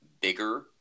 bigger